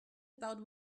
about